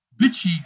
bitchy